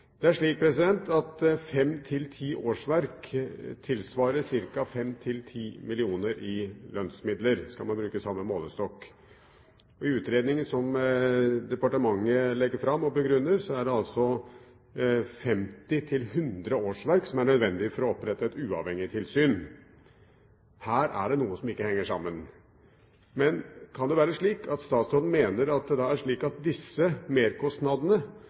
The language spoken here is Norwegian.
Det er slik at fem–ti årsverk tilsvarer ca. 5–10 mill. kr i lønnsmidler, om man skal bruke samme målestokk. I utredningen som departementet legger fram og begrunner, er det altså 50–100 årsverk som er nødvendig for å opprette et uavhengig tilsyn. Her er det noe som ikke henger sammen. Kan det være slik at statsråden mener at disse merkostnadene absorberes av Statens vegvesens organisasjon uten at